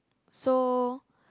so